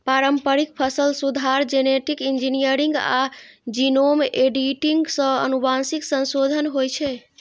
पारंपरिक फसल सुधार, जेनेटिक इंजीनियरिंग आ जीनोम एडिटिंग सं आनुवंशिक संशोधन होइ छै